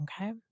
okay